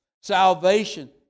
Salvation